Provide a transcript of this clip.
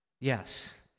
yes